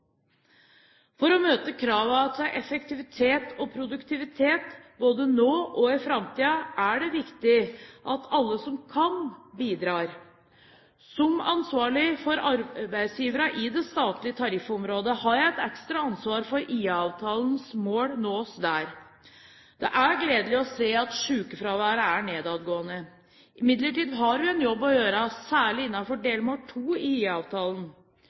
For å møte kravene til effektivitet og produktivitet både nå og i framtiden er det viktig at alle som kan, bidrar. Som ansvarlig for arbeidsgiverne i det statlige tariffområdet, har jeg et ekstra ansvar for at IA-avtalens mål nås der. Det er gledelig å se at sykefraværet er nedadgående. Imidlertid har vi en jobb å gjøre, særlig innenfor delmål 2 i